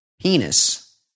penis